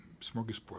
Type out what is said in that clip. smorgasbord